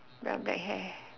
brown bright hair